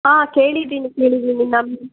ಹಾಂ ಕೇಳಿದಿನಿ ಕೇಳಿದಿನಿ ನಮ್ಮ